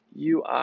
UI